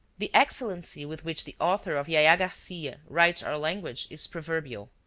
the excellency with which the author of yaya garcia writes our language is proverbial.